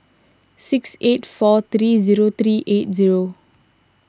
six eight four three zero three eight zero